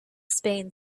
spain